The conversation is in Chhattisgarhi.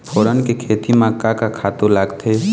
फोरन के खेती म का का खातू लागथे?